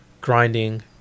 grinding